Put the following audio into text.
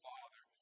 Father